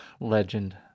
Legend